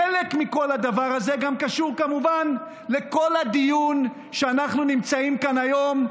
חלק מכל הדבר הזה גם קשור כמובן לכל הדיון שאנחנו נמצאים בו כאן היום,